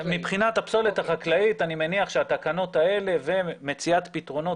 שמבחינת הפסולת החקלאית אני מניח שהתקנות האלה ומציאת פתרונות,